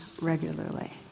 regularly